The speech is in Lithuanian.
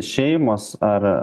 šeimos ar